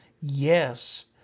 yes